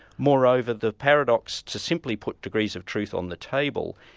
moreover, the paradox to simply put degrees of truth on the table,